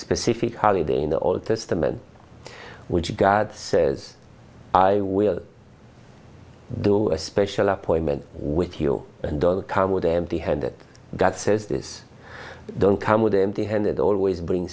specific holiday in the old testament which god says i will do a special appointment with you and don't come with empty handed that says this don't come with empty handed always bring